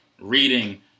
reading